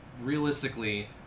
realistically